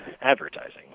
advertising